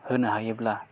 होनो हायोब्ला